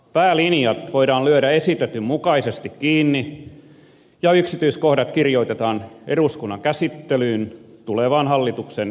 päälinjat voidaan lyödä esitetyn mukaisesti kiinni ja yksityiskohdat kirjoitetaan eduskunnan käsittelyyn tulevaan hallituksen esitykseen